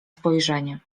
spojrzenie